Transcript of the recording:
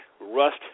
Rust